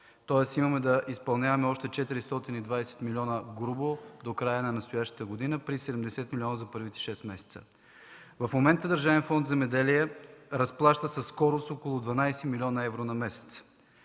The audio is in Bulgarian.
Тоест, имаме да изпълняваме още 420 милиона, грубо, до края на настоящата година при 70 милиона за първите шест месеца. В момента Държавен фонд „Земеделие” разплаща със скорост около 12 млн. евро на месец.